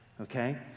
okay